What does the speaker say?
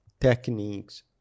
techniques